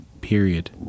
Period